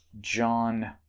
John